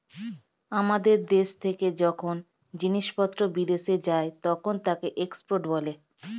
আমাদের দেশ থেকে যখন জিনিসপত্র বিদেশে যায় তখন তাকে এক্সপোর্ট বলে